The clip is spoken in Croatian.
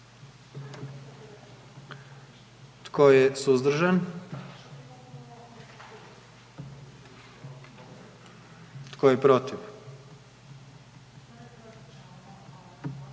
Tko je suzdržan? I tko je protiv?